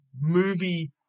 movie